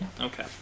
Okay